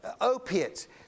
opiates